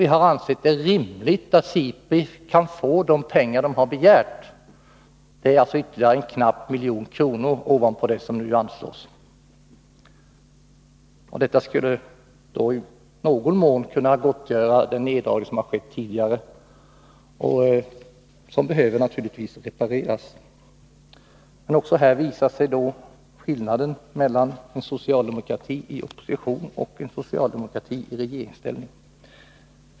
Vi har ansett det rimligt att SIPRI får de pengar som institutet har begärt, alltså ytterligare knappt 1 milj.kr. ovanpå det som nu anslås. Detta skulle i någon mån kunna gottgöra den neddragning som har skett tidigare och som naturligtvis behöver repareras. Även här visar sig skillnaden mellan en socialdemokrati i opposition och en socialdemokrati i regeringsställning.